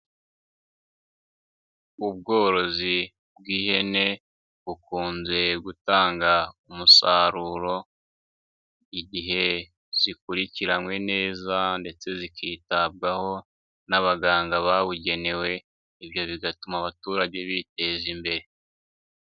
Ubworozi bw'ihene bukunze gutanga umusaruro igihe zikurikiranwe neza ndetse zikitabwaho n'abaganga babugenewe ibyo bigatuma abaturage biteza imbere.